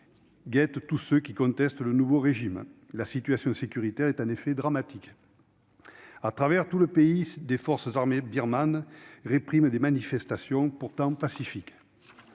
guettent tous ceux qui contestent le nouveau régime. La situation sécuritaire est en effet dramatique. À travers tout le pays, les forces armées birmanes répriment des manifestations pourtant pacifiques.